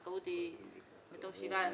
שהזכאות היא בתום שבעה ימים,